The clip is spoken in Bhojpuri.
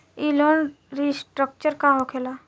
ई लोन रीस्ट्रक्चर का होखे ला?